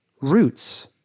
Roots